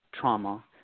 trauma